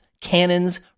cannons